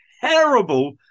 terrible